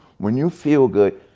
when you feel good,